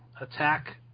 attack